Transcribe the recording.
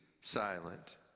silent